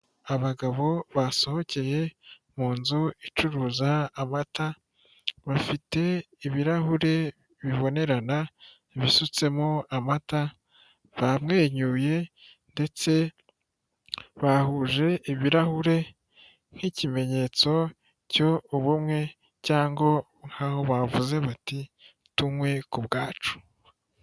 Abagabo basohokeye mu nzu icuruza amata bafite ibirahuri bibonerana bisutsemo amata bamwenyuye ndetse bahuje ibirahure nk'ikimenyetso cyo ubumwe cyangwa nkaho bavuze bati tunywe ku bwacu.